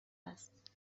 است